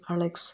Alex